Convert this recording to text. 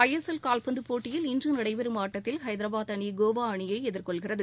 ஐ S L கால்பந்து போட்டியில் இன்று நடைபெறும் ஆட்டத்தில் ஐதராபாத் அணி கோவா அணியை எதிர்கொள்கிறது